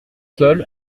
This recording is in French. seul